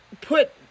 put